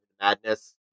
madness